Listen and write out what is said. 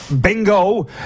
bingo